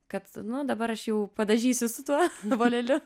kad nu dabar aš jau padažysiu su tuo voleliu